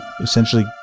essentially